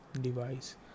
device